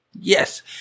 Yes